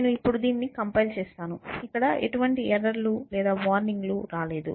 నేను ఇప్పుడు దీనిని కంపైల్ చేస్తాను ఇక్కడ ఎటువంటి ఎర్రర్ లు లేదా వార్నింగ్ లు రాలేదు